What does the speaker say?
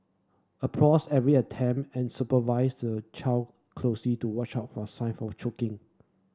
applause every attempt and supervise the child closely to watch out for sign for choking